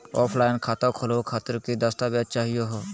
Offline खाता खोलहु खातिर की की दस्तावेज चाहीयो हो?